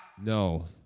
no